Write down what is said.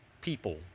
people